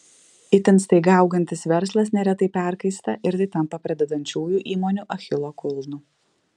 itin staiga augantis verslas neretai perkaista ir tai tampa pradedančiųjų įmonių achilo kulnu